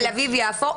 תל אביב יפו,